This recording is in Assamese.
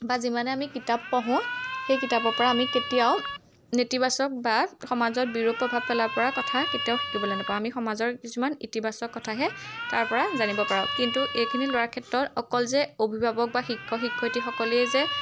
বা যিমানে আমি কিতাপ পঢ়োঁ সেই কিতাপৰপৰা আমি কেতিয়াও নেতিবাচক বা সমাজত বিৰূপ প্ৰভাৱ পেলাবপৰা কথা কেতিয়াও শিকিবলৈ নাপাওঁ আমি সমাজৰ কিছুমান ইতিবাচক কথাহে তাৰপৰা জানিব পাৰোঁ কিন্তু এইখিনি লোৱাৰ ক্ষেত্ৰত অকল যে অভিভাৱক বা শিক্ষক শিক্ষয়িত্ৰীসকলেই যে